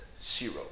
zero